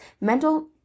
mental